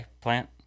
plant